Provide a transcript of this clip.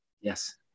Yes